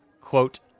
quote